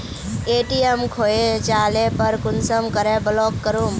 ATM खोये जाले पर कुंसम करे ब्लॉक करूम?